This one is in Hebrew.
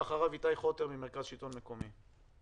ואחריו איתי חוטר ממרכז שלטון מקומי.